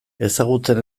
ezagutzen